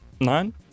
Nine